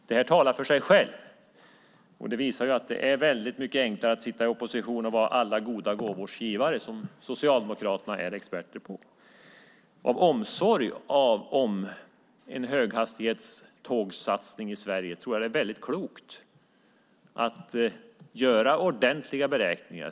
Det talar för sig själv. Det visar att det är mycket enklare att sitta i opposition och vara alla goda gåvors givare som Socialdemokraterna är experter på. Av omsorg om en höghastighetstågssatsning i Sverige tror jag att det är klokt att göra ordentliga beräkningar.